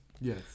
Yes